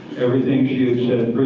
everything she had said